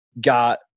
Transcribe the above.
got